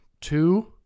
two